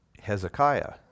Hezekiah